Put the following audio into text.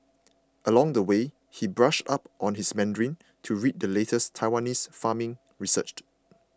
along the way he brushed up on his Mandarin to read the latest Taiwanese farming researched